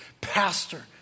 pastor